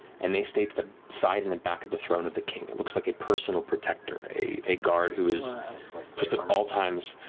and they stay to the side and the back of the throne of the king. it looks like a personal protector, a a guard who is just at all times,